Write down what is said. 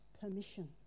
permission